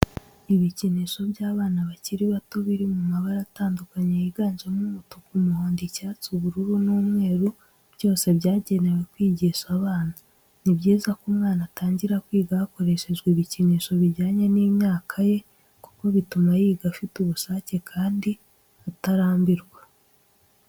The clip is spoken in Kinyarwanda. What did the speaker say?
Ibikinisho by'abana bakiri bato biri mu mabara atandukanye yiganjemo umutuku, umuhondo, icyatsi, ubururu n'umweru byose byagenewe kwigisha abana. Ni byiza ko umwana atangira kwiga hakoreshejwe ibikinisho bijyanye n'imyaka ye kuko bituma yiga afite ubushake kandi atarambirwa.